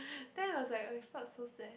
then it was like I felt so sad